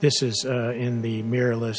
this is in the mirror l